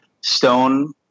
stone